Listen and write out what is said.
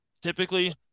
typically